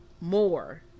more